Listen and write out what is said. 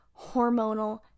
hormonal